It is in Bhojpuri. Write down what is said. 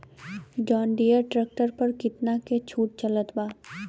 जंडियर ट्रैक्टर पर कितना के छूट चलत बा?